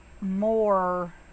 more